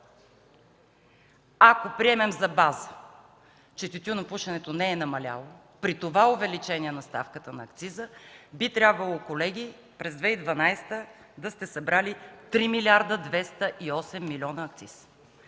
Ако приемем за база, че тютюнопушенето не е намаляло, колеги, при това увеличение на ставката на акциза би трябвало през 2012 г. да сте събрали 3 млрд. 208 млн. лв. акциз.